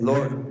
Lord